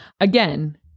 Again